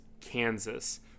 Kansas